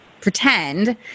pretend